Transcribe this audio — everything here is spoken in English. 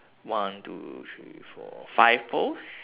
one two three four five poles